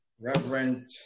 Reverend